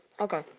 Okay